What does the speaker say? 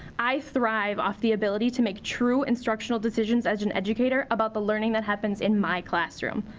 i thrive off the ability to make true instructional decisions as an educator about the learning that happens in my classroom.